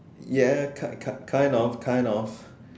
ya kind kind kind of kind of